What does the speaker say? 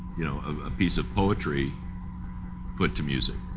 you know, a piece of poetry put to music,